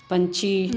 पक्षी